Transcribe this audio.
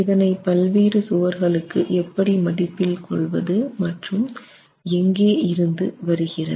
இதனை பல்வேறு சுவர்களுக்கு எப்படி மதிப்பில் கொள்வது மற்றும் எங்கே இருந்து வருகிறது